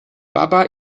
papa